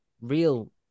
real